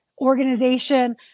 organization